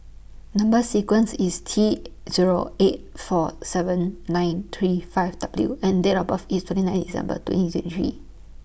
Number sequence IS T Zero eight four seven nine three five W and Date of birth IS twenty nine December twenty twenty three